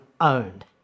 owned